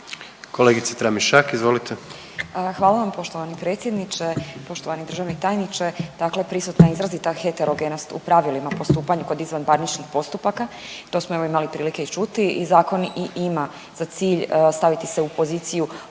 izvolite. **Tramišak, Nataša (HDZ)** Hvala vam poštovani predsjedniče. Poštovani državni tajniče, dakle prisutna je izrazita heterogenost u pravilima postupanja kod izvanparničnih postupaka, to smo evo imali prilike i čuti i zakon i ima za cilj staviti se u poziciju